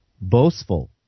boastful